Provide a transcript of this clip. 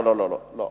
לא, לא, לא.